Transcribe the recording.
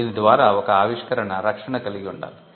దీని ద్వారా ఒక ఆవిష్కరణ రక్షణ కలిగి ఉండాలి